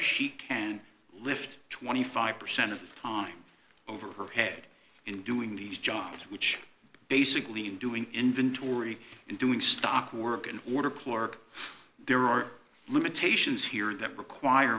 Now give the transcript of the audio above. she can lift twenty five percent of the time over her head and doing these jobs which basically in doing inventory and doing stock work in order clarke there are limitations here that require